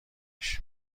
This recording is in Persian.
گشت